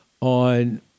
on